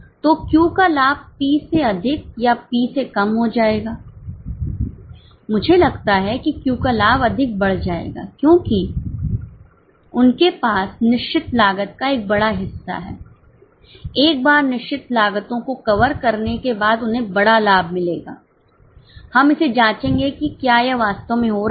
तो Q का लाभ P से अधिक या P से कम हो जाएगा मुझे लगता है कि Q का लाभ अधिक बढ़ जाएगा क्योंकि उनके पास निश्चित लागत का एक बड़ा हिस्सा है एक बार निश्चित लागतों को कवर करने के बाद उन्हें बड़ा लाभ मिलेगा हम इसे जांचेंगे कि क्या यह वास्तव में हो रहा है